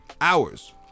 hours